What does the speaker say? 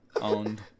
Owned